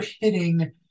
hitting